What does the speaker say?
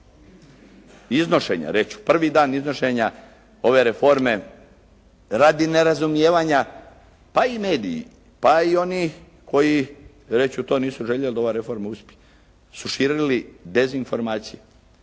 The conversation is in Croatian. iznošenja reću, prvi dan iznošenja ove reforme, radi nerazumijevanja pa i mediji, pa i oni koji reću to nisu željeli da ova reforma uspije su širili dezinformacije.